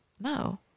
no